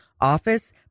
office